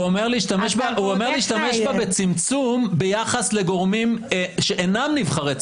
הוא אומר להשתמש בה בצמצום ביחס לגורמים שאינם נבחרי ציבור.